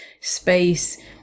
space